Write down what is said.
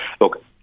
look